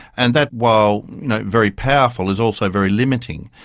and that, while you know very powerful, is also very limiting.